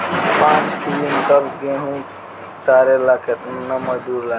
पांच किविंटल गेहूं उतारे ला केतना मजदूर लागी?